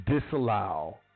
disallow